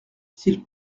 s’il